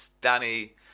Danny